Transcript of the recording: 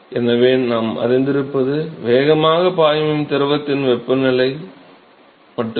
எனவே நாம் அறிந்திருப்பது வேகமாகப் பாயும் திரவத்தின் வெப்பநிலை மட்டுமே